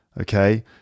Okay